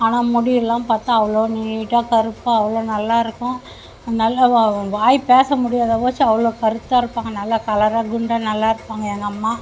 ஆனால் முடியெலாம் பார்த்தா அவ்வளோ நீட்டாக கருப்பாக அவ்வளோ நல்லா இருக்கும் இருந்தாலும் வாய் பேச முடியாதே ஒழிச்சு அவ்வளோ கருத்தாக இருப்பாங்க நல்லா கலராக குண்டாக நல்லாயிருப்பாங்க எங்கள் அம்மா